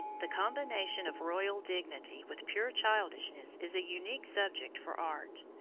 the combination of royal dignity with pure childishness is a unique subject for art,